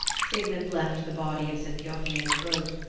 sigmund left the body of sinfiotli in the boat,